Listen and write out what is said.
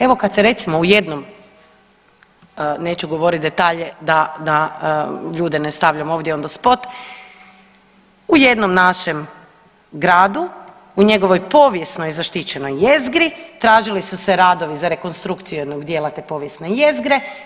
Evo kad se recimo u jednom neću govorit detalje da ljude ne stavlja ovdje u … [[Govornica se ne razumije.]] u jednom našem gradu, u njegovoj povijesno zaštićenoj jezgri tražili su se radovi za rekonstrukciju jednog tog dijela povijesne jezgre.